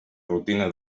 rutina